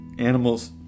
animals